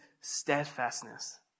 steadfastness